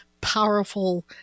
powerful